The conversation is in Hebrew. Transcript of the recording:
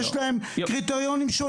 והוא גם אמר שיש להם קריטריונים שונים,